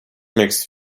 makes